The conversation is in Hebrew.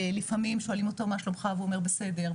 לפעמים שואלים אותו מה שלומך והוא אומר בסדר,